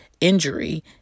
injury